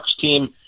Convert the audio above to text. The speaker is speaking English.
team